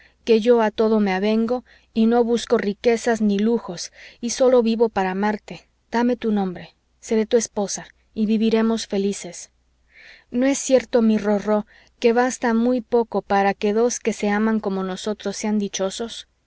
que yo a todo me avengo y no busco riquezas ni lujos y sólo vivo para amarte dame tu nombre seré tu esposa y viviremos felices no es cierto mi rorró que basta muy poco para que dos que se aman como nosotros sean dichosos